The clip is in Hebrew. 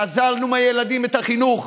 גזלנו מהילדים את החינוך.